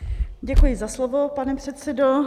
Děkuji za slovo, pane předsedo.